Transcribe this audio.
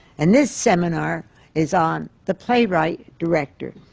and this seminar is on the playwright director.